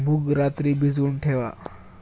मूग रात्री भिजवून ठेवा